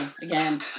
again